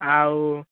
ଆଉ